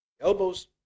elbows